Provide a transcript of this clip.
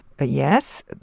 Yes